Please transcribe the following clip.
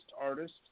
artist